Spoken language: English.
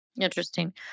Interesting